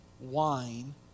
wine